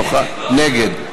נוכח, נגד.